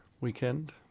weekend